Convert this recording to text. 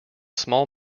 small